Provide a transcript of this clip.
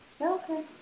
okay